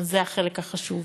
זה החלק החשוב.